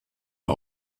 war